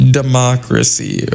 democracy